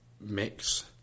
mix